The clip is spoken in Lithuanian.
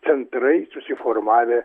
centrai susiformavę